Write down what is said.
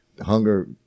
hunger